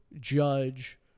Judge